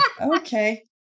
Okay